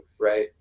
Right